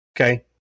Okay